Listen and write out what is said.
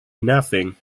nothing